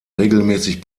regelmäßig